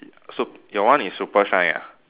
i~ so your one is super shine ah